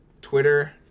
Twitter